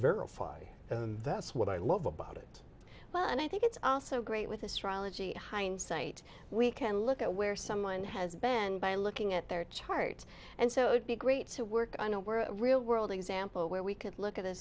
verify and that's what i love about it but i think it's also great with astrology hindsight we can look at where someone has banned by looking at their chart and so it would be great to work i know we're real world example where we could look at a